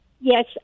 Yes